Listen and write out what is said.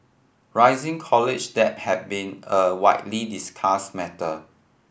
rising college debt has been a widely discussed matter